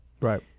right